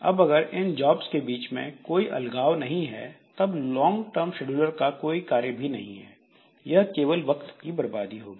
अब अगर इन जॉब्स के बीच में कोई अलगाव नहीं है तब लोंग टर्म शेड्यूलर का कोई कार्य भी नहीं है यह केवल वक्त की बर्बादी होगी